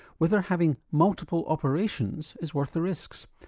whether having multiple operations is worth the risks.